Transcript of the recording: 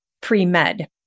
pre-med